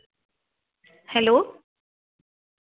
hello